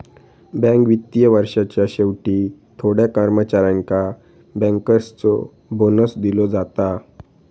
bank वित्तीय वर्षाच्या शेवटी थोड्या कर्मचाऱ्यांका बँकर्सचो बोनस दिलो जाता